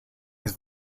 his